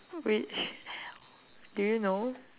which do you know